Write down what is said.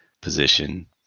position